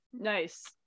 Nice